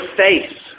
face